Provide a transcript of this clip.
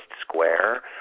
square